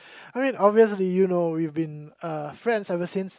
I mean obviously you know we've been uh friends ever since